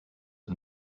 for